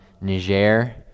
Niger